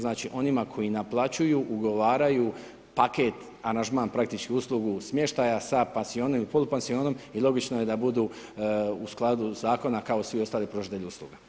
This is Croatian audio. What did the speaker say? Znači, onima koji naplaćuju, ugovaraju paket, aranžman praktički uslugu smještaja sa pansionom ili polupansionom i logično je da budu u skladu Zakona kao svi ostali pružatelji usluga.